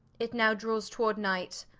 it now drawes toward night,